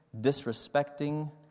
disrespecting